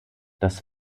das